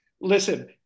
listen